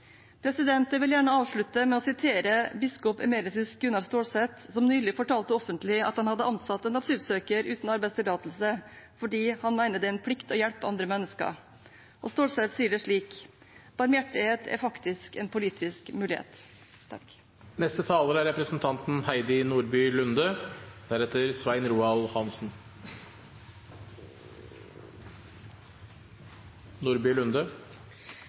Jeg vil gjerne avslutte med å sitere biskop emeritus Gunnar Stålsett, som nylig fortalte offentlig at han hadde ansatt en asylsøker uten arbeidstillatelse fordi han mener det er en plikt å hjelpe andre mennesker. Stålsett sier det slik: «Barmhjertighet er faktisk en politisk mulighet». Arbeid er mer enn en jobb å gå til, det er